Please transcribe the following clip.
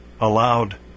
allowed